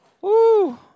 Woo